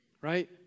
Right